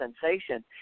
sensation